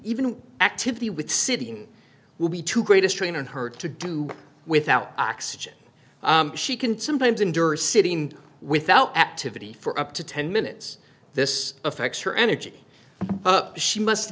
even activity with sitting will be too great a strain on her to do without oxygen she can sometimes endure sitting without activity for up to ten minutes this affects her energy she must